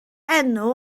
enw